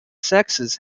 sexes